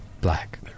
black